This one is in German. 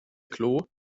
klo